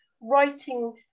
writing